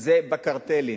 זה בקרטלים,